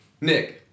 Nick